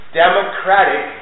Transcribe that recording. democratic